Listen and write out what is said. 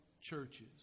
churches